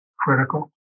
critical